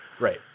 Right